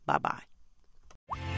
Bye-bye